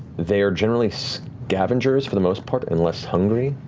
they are generally scavengers for the most part, unless hungry.